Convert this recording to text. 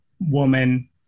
woman